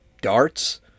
darts